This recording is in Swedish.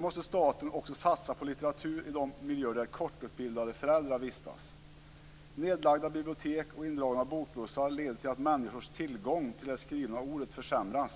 måste staten också satsa på litteratur i de miljöer där lågutbildade föräldrar vistas. Nedlagda bibliotek och indragna bokbussar leder till att människors tillgång till det skrivna ordet försämras.